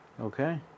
Okay